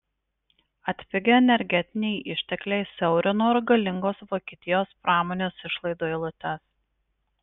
atpigę energetiniai ištekliai siaurino ir galingos vokietijos pramonės išlaidų eilutes